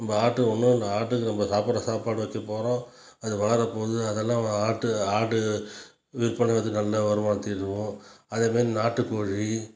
நம்ம ஆட்டுக்கு ஒன்றும் நம்ம ஆட்டுக்கு சாப்பிட்ற சாப்பாடை வைக்க போகிறோம் அது வளரம் போது அதெலா ஆட்டு ஆடு இது பண்ணுறதுக்கு நல்ல வருமானம் அதுமாரி நாட்டு கோழி